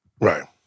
Right